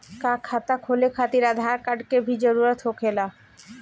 का खाता खोले खातिर आधार कार्ड के भी जरूरत होखेला?